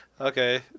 Okay